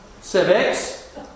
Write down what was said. civics